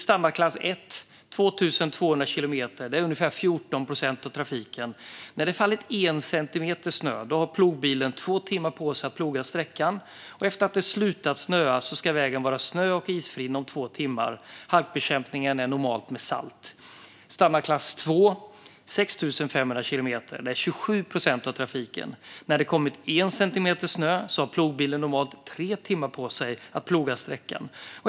Standardklass 1: 2 200 kilometer, ungefär 14 procent av trafiken. När det fallit en centimeter snö har plogbilen två timmar på sig att ploga sträckan. Efter att det har slutat snöa ska vägen vara snö och isfri inom två timmar. Halkbekämpningen sker normalt med salt. Standardklass 2: 6 500 kilometer, ungefär 27 procent av trafiken. När det har kommit en centimeter snö har plogbilen normalt tre timmar på sig att ploga sträckan.